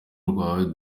rwawe